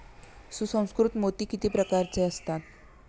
सुसंस्कृत मोती किती प्रकारचे असतात?